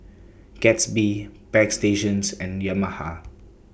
Gatsby Bagstationz and Yamaha